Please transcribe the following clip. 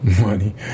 money